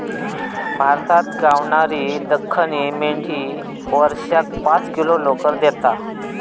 भारतात गावणारी दख्खनी मेंढी वर्षाक पाच किलो लोकर देता